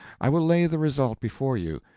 i will lay the result before you,